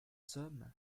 sommes